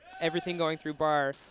everything-going-through-bar